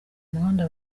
umuhanda